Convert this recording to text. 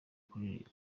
kuririmba